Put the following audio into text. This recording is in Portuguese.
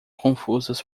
confusas